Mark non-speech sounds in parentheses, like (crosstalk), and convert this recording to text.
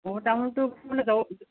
আ তামোলটো (unintelligible)